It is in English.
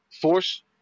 force